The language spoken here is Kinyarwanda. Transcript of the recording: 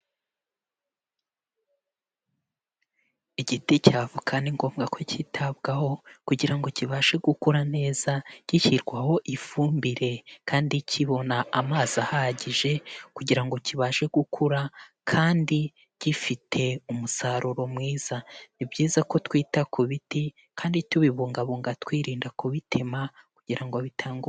Igiti cya avoka ni ngombwa ko cyitabwaho kugira ngo kibashe gukura neza gishyirwaho ifumbire kandi kibona amazi ahagije kugira ngo kibashe gukura kandi gifite umusaruro mwiza, ni byiza ko twita ku biti kandi tubibungabunga twirinda kubitema kugira ngo bitange umusaruro.